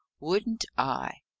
wouldn't i!